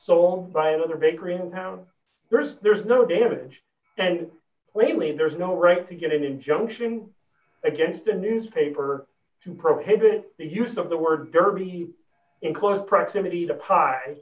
so by another bakery in town there's there's no damage and really there's no right to get an injunction against a newspaper to prohibit the use of the word derby in close proximity to p